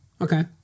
Okay